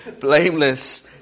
blameless